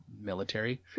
military